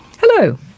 Hello